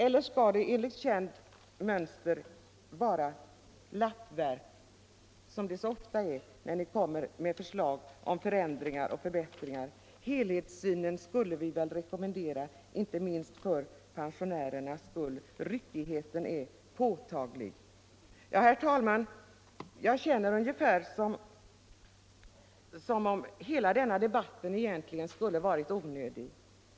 Eller skall det enligt känt mönster vara lappverk, som det så ofta är när ni kommer med förslag om förändringar och förbättringar? Helhetssynen skulle vi rekommendera, inte minst för pensionärernas skull. Ryckigheten är påtaglig. Herr talman! Jag har en känsla av att hela denna debatt egentligen skulle ha varit onödig.